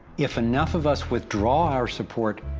if enough of us withdraw our support,